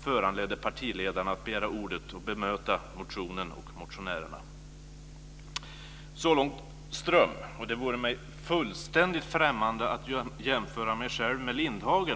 föranledde partiledarna att begära ordet och bemöta motionen och motionären." Så långt Ström. Det vore mig fullständigt främmande att jämföra mig själv med Lindhagen.